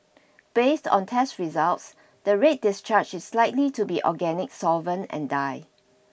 based on test results the red discharge is likely to be organic solvent and dye